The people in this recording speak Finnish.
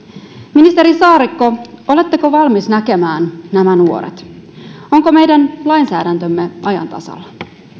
ministeri saarikko oletteko valmis näkemään nämä nuoret onko meidän lainsäädäntömme ajan tasalla